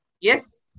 Yes